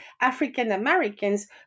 African-Americans